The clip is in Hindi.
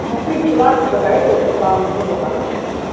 हाँ किस क्लास की बताइए तो हम उसका मिनिमम बताएँ कम से कम